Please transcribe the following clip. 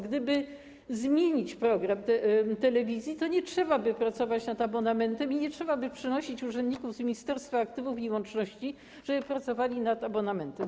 Gdyby zmienić program telewizji, to nie trzeba by było pracować nad abonamentem, nie trzeba by było przenosić urzędników z ministerstwa aktywów i łączności, żeby pracowali nad abonamentem.